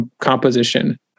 composition